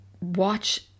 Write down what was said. watch